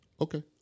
okay